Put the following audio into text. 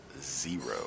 zero